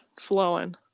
flowing